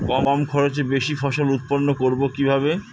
কম খরচে বেশি ফসল উৎপন্ন করব কিভাবে?